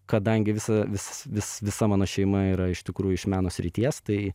kadangi visa vis vis visa mano šeima yra iš tikrųjų iš meno srities tai